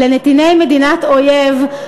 לנתיני מדינת אויב,